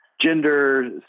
gender